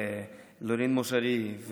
ולורין מוז'רי,